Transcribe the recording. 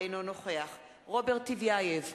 אינו נוכח רוברט טיבייב,